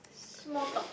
small talk